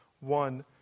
One